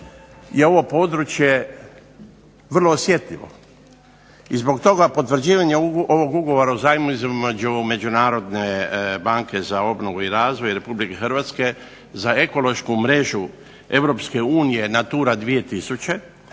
je ovo područje vrlo osjetljivo i zbog toga potvrđivanja ovog Ugovora o zajmu između Međunarodne banke za obnovu i razvoj Republike Hrvatske, za ekološku mrežu Europske unije natura 2000,